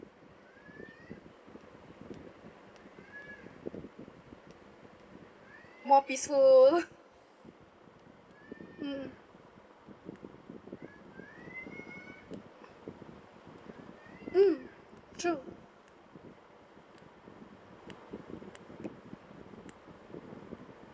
more peaceful mm mm mm true